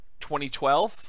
2012